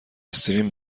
استریم